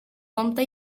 compte